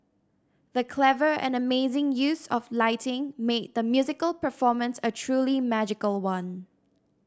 the clever and amazing use of lighting made the musical performance a truly magical one